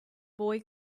boy